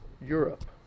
Europe